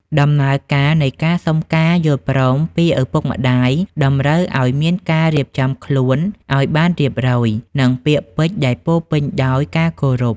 ដំណើរការនៃការសុំការយល់ព្រមពីឪពុកម្ដាយ តម្រូវឱ្យមានការរៀបចំខ្លួនឱ្យបានរៀបរយ និងពាក្យពេចន៍ដែលពោរពេញដោយការគោរព។